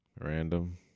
Random